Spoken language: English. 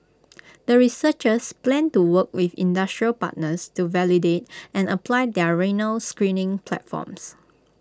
the researchers plan to work with industrial partners to validate and apply their renal screening platforms